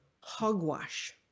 Hogwash